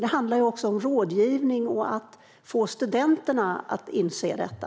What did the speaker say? Det handlar också om rådgivning och att få studenterna att inse detta.